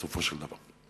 בסופו של דבר.